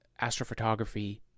astrophotography